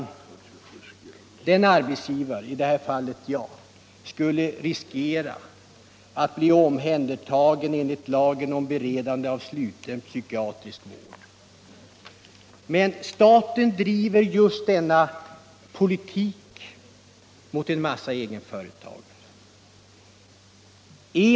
Om jag i egenskap av arbetsgivare uppträdde på det sättet, skulle jag riskera att bli omhändertagen enligt lagen om beredande av psykiatrisk vård. Men staten driver just denna politik mot ett stort antal egenföretagare.